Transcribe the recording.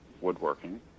woodworking